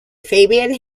fabian